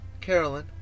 Carolyn